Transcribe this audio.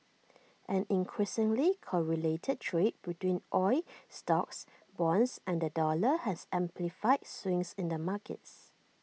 an increasingly correlated trade between oil stocks bonds and the dollar has amplified swings in the markets